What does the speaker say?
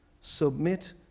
Submit